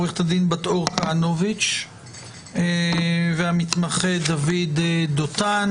עורכת הדין בת אור כהנוביץ והמתמחה דוד דותן.